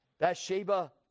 Bathsheba